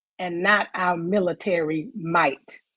and not our military might.